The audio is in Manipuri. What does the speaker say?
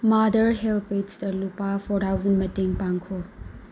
ꯃꯥꯗꯔ ꯍꯦꯜꯠ ꯄꯦꯖꯇ ꯂꯨꯄꯥ ꯐꯣꯔ ꯊꯥꯎꯖꯟ ꯃꯇꯦꯡ ꯄꯥꯡꯈꯣ